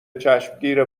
چشمگیر